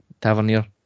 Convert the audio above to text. Tavernier